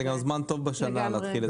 זה גם זמן טוב בשנה להתחיל את זה.